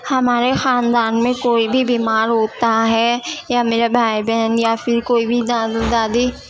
ہمارے خاندان میں کوئی بھی بیمار ہوتا ہے یا میرے بھائی بہن یا پھر کوئی بھی دادی دادی